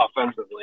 offensively